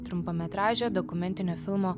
trumpametražio dokumentinio filmo